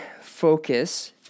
focus